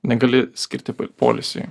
negali skirti poilsiui